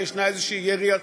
וישנה איזושהי ירייה,